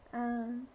ah